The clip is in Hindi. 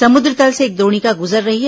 समुद्र तल से एक द्रोणिका गुजर रही है